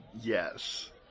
Yes